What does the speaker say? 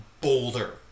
boulder